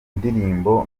indirimbo